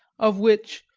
of which,